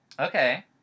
Okay